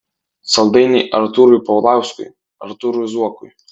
saldainiai artūrui paulauskui artūrui zuokui